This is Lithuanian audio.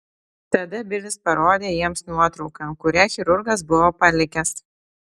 tada bilis parodė jiems nuotrauką kurią chirurgas buvo palikęs